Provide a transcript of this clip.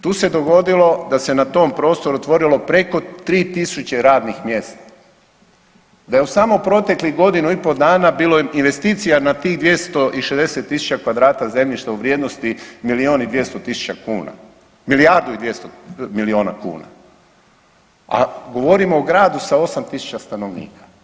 Tu se dogodilo da se na tom prostoru otvorilo preko 3.000 radnih mjesta, da je u samo proteklih godinu dana bilo investicija na tih 260.000 kvadrata zemljišta u vrijednosti milion i 200 tisuća kuna, milijardu i 200 miliona kuna, a govorimo o gradu sa 8.000 stanovnika.